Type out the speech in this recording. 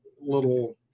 little